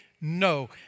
no